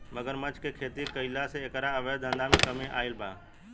मगरमच्छ के खेती कईला से एकरा अवैध धंधा में कमी आईल बा